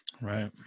Right